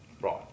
Right